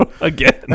Again